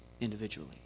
individually